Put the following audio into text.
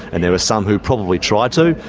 and there are some who probably try to,